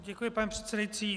Děkuji, pane předsedající.